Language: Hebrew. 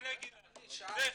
זה אחד.